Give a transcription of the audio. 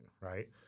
right